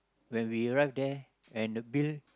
when we run there when the bill